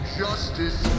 justice